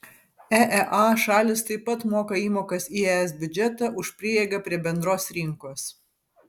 eea šalys taip pat moka įmokas į es biudžetą už prieigą prie bendros rinkos